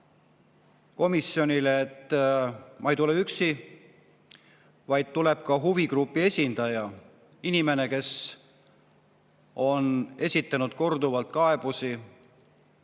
komisjonile, et ma ei tule üksi, vaid tuleb ka huvigrupi esindaja, inimene, kes on esitanud korduvalt kaebusi